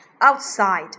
outside